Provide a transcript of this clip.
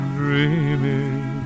dreaming